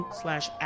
slash